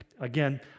again